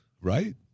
right